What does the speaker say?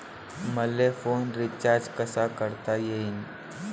मले phone recharge कसा करता येईन?